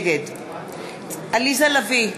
נגד עליזה לביא,